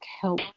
help